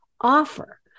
offer